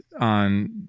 on